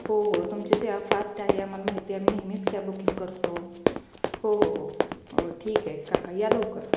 हो हो तुमची सेवा फास्ट आहे आम्हाला माहिती आहे आम्ही नेहमीच कॅब बुकिंग करतो हो हो हो हो ठीक आहे काका या लवकर